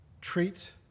treat